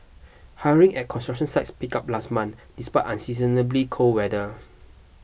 hiring at construction sites picked up last month despite unseasonably cold weather